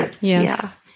Yes